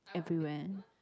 everywhere